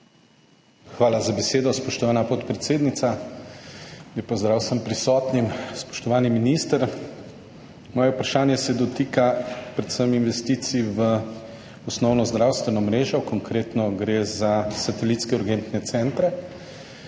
Hvala za besedo, spoštovana podpredsednica. Lep pozdrav vsem prisotnim! Spoštovani minister! Moje vprašanje se dotika predvsem investicij v osnovno zdravstveno mrežo. Konkretno gre za satelitske urgentne centre,